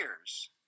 years